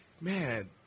man